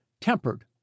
tempered